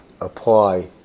apply